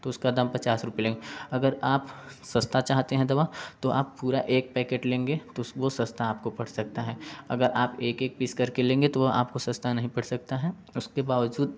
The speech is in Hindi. तो उसका दाम पचास रूपए लेंगे अगर आप सस्ता चाहते हैं दवा तो आप पूरा एक पैकेट लेंगे तो वो सस्ता आपको पड़ सकता है अगर आप एक एक पीस करके लेंगे तो वो आपको सस्ता नहीं पड़ सकता है उसके बावजूद